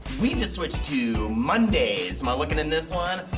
we just switched to mondays! am i looking in this one?